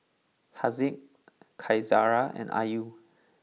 Haziq Qaisara and Ayu